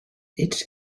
its